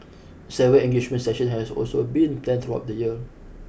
several engagement sessions have also been planned throughout the year